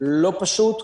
לא פשוט,